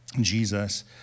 Jesus